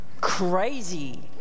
crazy